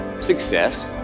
Success